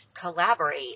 collaborate